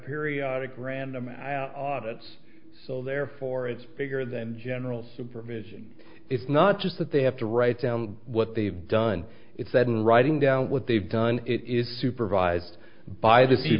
periodic random and i audit it's so therefore it's bigger than general supervision it's not just that they have to write down what they've done it's that in writing down what they've done it is supervised by the sea